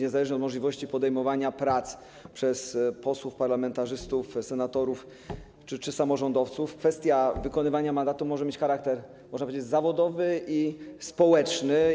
Niezależnie od możliwości podejmowania różnych prac przez posłów, parlamentarzystów, senatorów czy samorządowców wykonywanie mandatu może mieć charakter, można powiedzieć, zawodowy i społeczny.